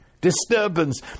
Disturbance